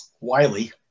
Wiley